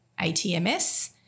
ATMS